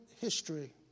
history